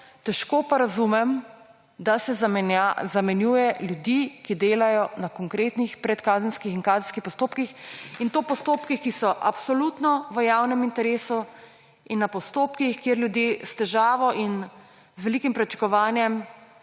Težko pa razumem, da se zamenjuje ljudi, ki delajo na konkretnih predkazenskih in kazenskih postopkih. In to postopkih, ki so absolutno v javnem interesu, in na postopkih, kjer ljudje s težavo in z velikim pričakovanjem